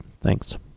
thanks